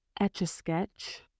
Etch-a-sketch